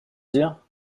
dire